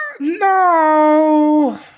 No